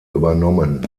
übernommen